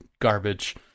garbage